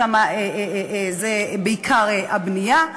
שם זה בעיקר הבנייה.